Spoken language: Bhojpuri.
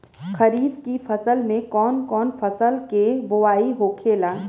खरीफ की फसल में कौन कौन फसल के बोवाई होखेला?